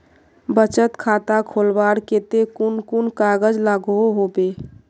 बचत खाता खोलवार केते कुन कुन कागज लागोहो होबे?